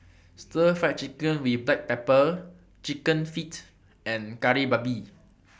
Stir Fry Chicken with Black Pepper Chicken Feet and Kari Babi